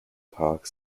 park